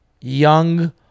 young